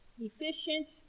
efficient